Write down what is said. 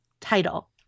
title